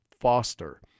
Foster